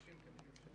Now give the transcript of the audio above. מ-2003?